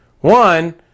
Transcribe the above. One